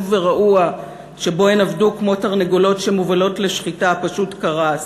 ורעוע שבו הן עבדו כמו תרנגולות שמובלות לשחיטה פשוט קרס.